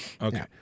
okay